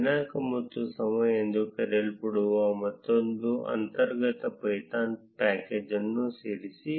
ದಿನಾಂಕ ಮತ್ತು ಸಮಯ ಎಂದು ಕರೆಯಲ್ಪಡುವ ಮತ್ತೊಂದು ಅಂತರ್ಗತ ಪೈಥಾನ್ ಪ್ಯಾಕೇಜ್ ಅನ್ನು ಸೇರಿಸಿ